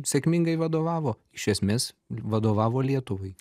sėkmingai vadovavo iš esmės vadovavo lietuvai